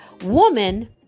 woman